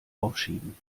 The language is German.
aufschieben